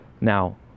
Now